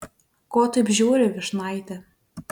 ko taip žiūri į vyšnaitę